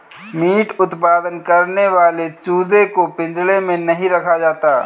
meet उत्पादन करने वाले चूजे को पिंजड़े में नहीं रखा जाता